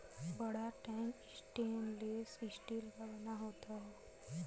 बड़ा tank stainless steel का बना होता है